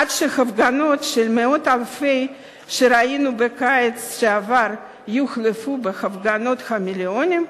עד שההפגנות של מאות אלפים שראינו בקיץ שעבר יוחלפו בהפגנות המיליונים?